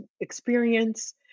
experience